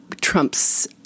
Trump's